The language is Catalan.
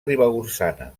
ribagorçana